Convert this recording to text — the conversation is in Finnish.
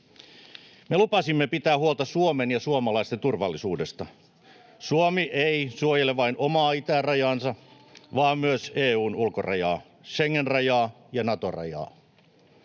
Me lupasimme pitää huolta Suomen ja suomalaisten turvallisuudesta. Suomi ei suojele vain omaa itärajaansa vaan myös EU:n ulkorajaa, Schengen-rajaa ja Nato-rajaa.